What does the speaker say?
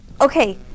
okay